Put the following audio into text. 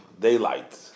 daylight